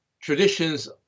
traditions